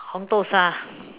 红豆沙